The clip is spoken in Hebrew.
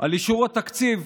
על אישור התקציב,